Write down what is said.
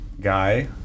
guy